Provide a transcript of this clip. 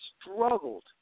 struggled